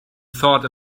thought